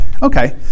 okay